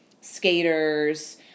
skaters